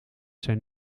zijn